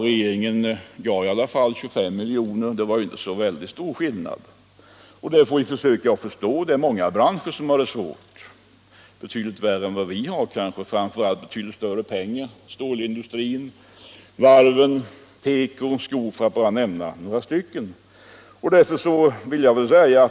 Regeringen föreslår nu 25 miljoner. Skillnaden är inte så stor. Vi förstår det svåra ekonomiska läget. Många branscher har det besvärligt. Framför allt rör det sig om betydligt större satsningar, t.ex. inom stålindustrin, varven, teko och skoindustrin, för att bara nämnda några områden.